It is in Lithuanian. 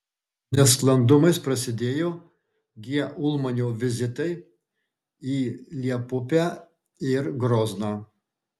nesklandumais prasidėjo g ulmanio vizitai į liepupę ir grozną